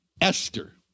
Esther